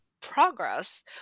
progress